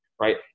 right